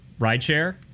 rideshare